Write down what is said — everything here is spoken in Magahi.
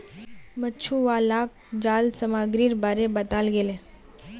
मछुवालाक जाल सामग्रीर बारे बताल गेले